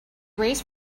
raised